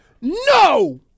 No